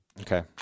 okay